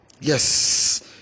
Yes